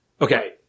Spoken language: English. Okay